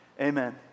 Amen